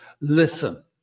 listen